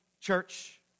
church